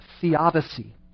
theodicy